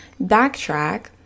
backtrack